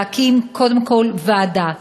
להקים קודם כול ועדה,